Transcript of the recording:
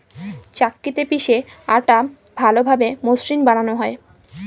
চাক্কিতে পিষে আটা ভালোভাবে মসৃন বানানো হয়